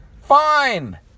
Fine